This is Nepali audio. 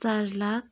चार लाख